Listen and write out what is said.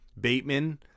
Bateman